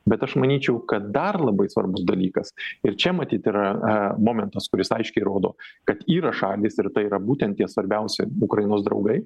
bet aš manyčiau kad dar labai svarbus dalykas ir čia matyt yra momentas kuris aiškiai rodo kad yra šalys ir tai yra būtent tie svarbiausi ukrainos draugai